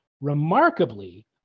Remarkably